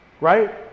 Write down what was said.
right